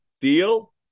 Deal